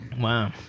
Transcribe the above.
Wow